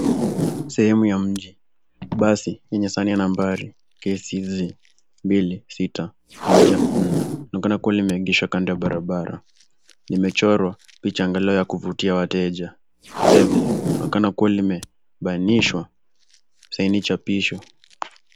Sehemu ya mji. Basi yenye sahani ya nambari KCZ 262N linaonekana limeegeshwa kando ya barabara. Limechorwa picha angalau ya kuvutia wateja. Vile vile linaonekana kuwa limebanishwa saini chapisho.